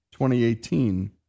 2018